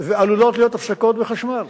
ועלולות להיות הפסקות בחשמל.